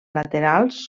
laterals